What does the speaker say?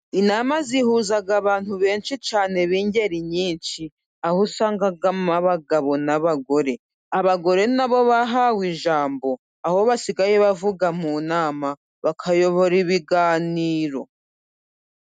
Inama zihuza abantu benshi cyane b'ingeri nyinshi aho usangamo abagabo n'abagore. Abagore nabo bahawe ijambo aho basigaye bavuga mu nama bakayobora ibiganiro.